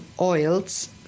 oils